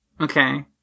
Okay